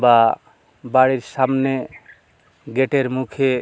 বা বাড়ির সামনে গেটের মুখে